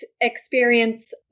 experience